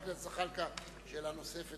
בבקשה, חבר הכנסת זחאלקה, שאלה נוספת.